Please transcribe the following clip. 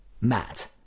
Matt